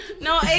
No